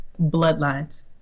bloodlines